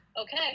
okay